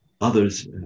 others